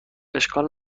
اشکال